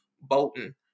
boating